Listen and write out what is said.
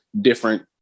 different